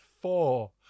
Four